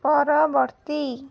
ପରବର୍ତ୍ତୀ